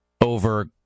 over